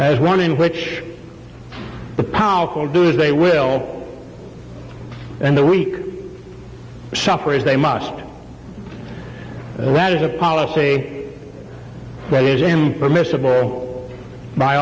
as one in which the powerful do if they will and the weak suffer as they must that is a policy permissible by